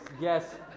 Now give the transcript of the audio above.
Yes